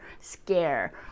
scare